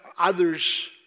Others